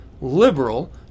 liberal